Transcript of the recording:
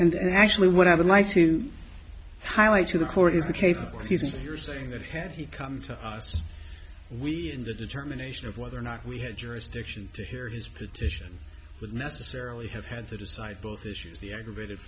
and actually what i would like to highlight to the court is a case of us here saying that had he come to us we in the determination of whether or not we had jurisdiction to hear his petition would necessarily have had to decide both issues the aggravated